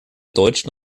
deutschen